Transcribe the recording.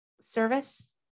service